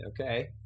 Okay